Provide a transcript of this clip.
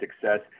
success